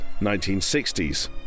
1960s